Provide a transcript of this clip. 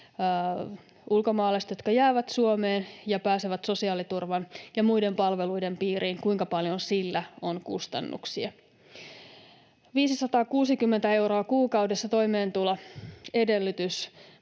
ulkomaalaiset, jotka jäävät Suomeen ja pääsevät sosiaaliturvan ja muiden palveluiden piiriin — se, kuinka paljon sillä on kustannuksia. 560 euroa kuukaudessa, toimeentuloedellytys